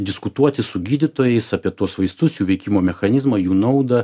diskutuoti su gydytojais apie tuos vaistus jų veikimo mechanizmą jų naudą